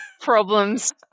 Problems